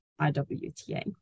IWTA